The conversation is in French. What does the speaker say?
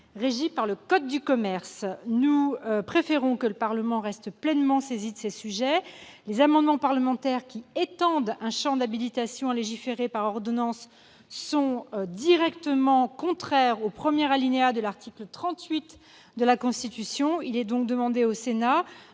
régies par le code de commerce. Nous préférons que le Parlement reste pleinement saisi de ces sujets. Les amendements parlementaires qui visent à étendre un champ d'habilitation à légiférer par ordonnance sont directement contraires au premier alinéa de l'article 38 de la Constitution. Il est donc demandé au Sénat